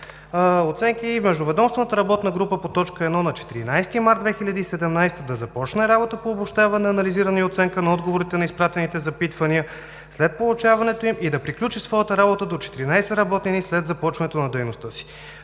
оценки… Междуведомствената работна група по точка 1 на 14 март 2017 г. да започне работа по обобщаване, анализиране и оценка на отговорите на изпратените запитвания след получаването им и да приключи своята работа до 14 работни дни след започване на дейността си.